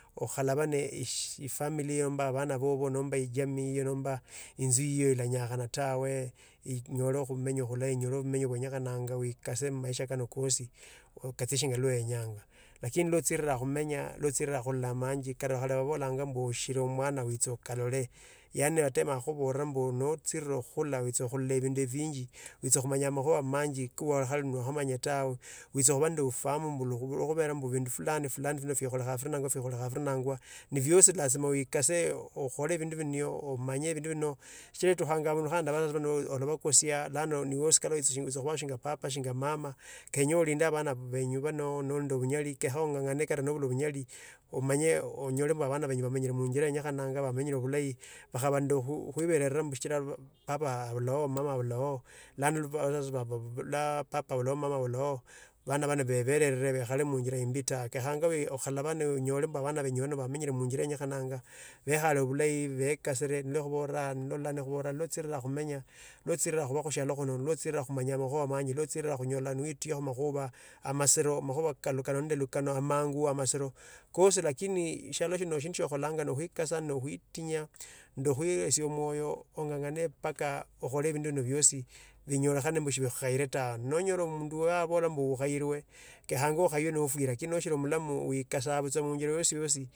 Okhalava ne ee shi e family yoyo mba vana vavo nomba e jamii yiyo, nomba yinzu yiyo ilanyakhana tawe, ee enyole khumenya khulai enyole vumenyi khumenyekhananga wikase mu maisha kano kosi okase shingo iwa wenyanga. Lakini iwo tsinira khumenya lo tsirira khulola manji kari khale walolanga mbu oshiri omwana witsi okalole. Yaani yatama khukhuvara mbu notsira khula witsa khulola vindu vinji witsa khumanya tawe, witsa khuva nende ufahamu khuvera vindu fulani nende fulani fikholekhana firinangwa, ne fyosi lasima wikase o-o okhole vindu vinio o-o-omanye vindu vino sichira etukhanga aunda alava nokosia, lano niwe osikala shanga papa shinga mama kenya olinda vana ve-venu vono noli nende vunyali, kekha ong’ang’ana kato na vunyali onyele ombu avana venyu vomenyre mu injira yenyekhanananga vakhava vandu khwiverara mbushira pap papa avulao, mama avuluo, vuvula papa olao mama avulao vana vano veverere vekhala munjiri yimbi ta kenyekha, okhalava nonyoe ombu ava venyu vamenyre muinjira yenyekhananga ,vekhale vulai vekasire lwo kuvora, nilwo wolola nekhuvanga lwo tsirira khumenya. Iwo tsirira khuva khu shalo iwo tsirira khumanya makhura manji, iwo tsirira khonya niwitoya khu makhuva amasiro, amakhuva ko lukano nende lukano, amangu amasira kosi lakini shereshu na shindu shokhalanga nokwikhasa, nokwitinya, nokhwiyesia omwoyo, ong’angane mpaka akhole vindu vina vyosi inyolekhane mbu shikhukhayire tawe. Nonyola ombu mundu yavola ukhaire kekhanga okkanye notwire lakini noshiri mulamu wikasa tsa minjira yosi yosi.